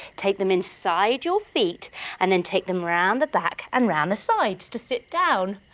take them inside your feet and then take them round the back and round the sides to sit down.